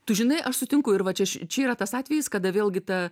tu žinai aš sutinku ir va čia čia yra tas atvejis kada vėlgi ta